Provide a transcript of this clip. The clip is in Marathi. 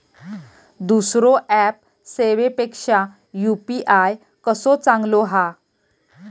दुसरो ऍप सेवेपेक्षा यू.पी.आय कसो चांगलो हा?